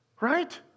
Right